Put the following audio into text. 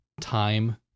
time